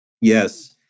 Yes